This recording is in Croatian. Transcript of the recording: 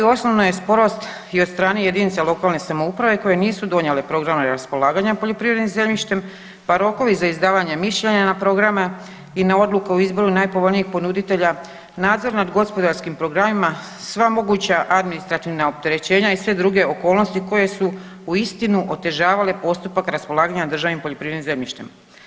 Prvo i osnovno je sporost i od strane jedinica lokalne samouprave koje nisu donijele program raspolaganja poljoprivrednim zemljištem, pa rokovi za izdavanje mišljenja na programe i na odluke o izboru najpovoljnijih ponuditelja, nadzor nad gospodarskim programima, sva moguća administrativna opterećenja i sve druge okolnosti koje su uistinu otežavale postupak raspolaganja državnim poljoprivrednim zemljištem.